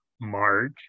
March